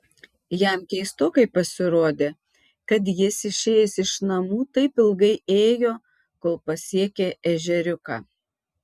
jam keistokai pasirodė kad jis išėjęs iš namų taip ilgai ėjo kol pasiekė ežeriuką